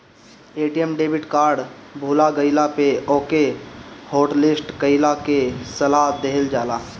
ATM debit card भूला गईला पे ओके हॉटलिस्ट कईला के सलाह देहल जाला